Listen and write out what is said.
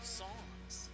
songs